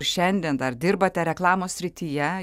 šiandien dar dirbate reklamos srityje